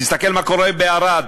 תסתכל מה קורה בערד,